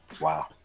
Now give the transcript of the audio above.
Wow